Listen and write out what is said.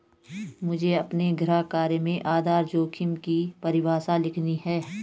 मुझे अपने गृह कार्य में आधार जोखिम की परिभाषा लिखनी है